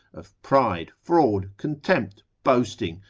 of pride, fraud, contempt, boasting,